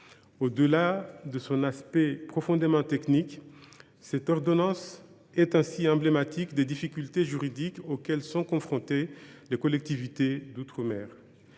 Au delà de son aspect très technique, cette ordonnance est emblématique des difficultés juridiques auxquelles sont confrontées les collectivités d’outre mer